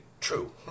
true